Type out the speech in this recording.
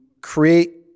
create